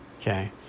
okay